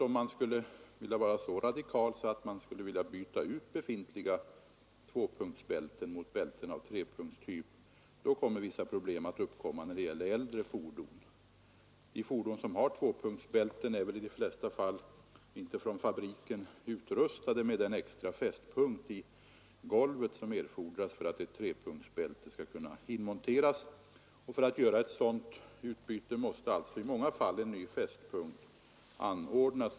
Om man skulle vara radikal att man ville byta ut befintliga tvåpunktsbälten mot bälten av trepunktstyp, så uppstår vissa problem när det gäller äldre fordon. De fordon som har tvåpunktsbälten är väl i de flesta fall inte fabriksutrustade med den extra fästpunkt i golvet som erfordras för att ett trepunktsbälte skall kunna inmonteras. Inför ett sådant byte måste alltså i många fall en ny fästpunkt anordnas.